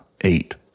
eight